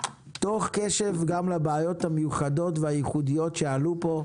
תוך קשב גם לבעיות המיוחדות והייחודיות שעלו פה,